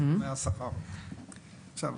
עכשיו,